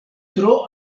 tro